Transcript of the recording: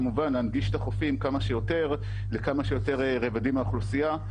כמובן להנגיש את החופים כמה שיותר לכמה שיותר רבדים מהאוכלוסייה.